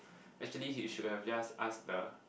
actually he should have just ask the